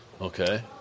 Okay